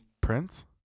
Prince